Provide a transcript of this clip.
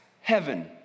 heaven